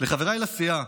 לחבריי לסיעה,